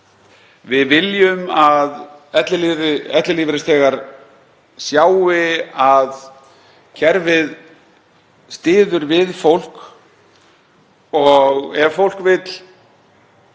Við viljum að ellilífeyrisþegar sjái að kerfið styður við fólk. Ef fólk vill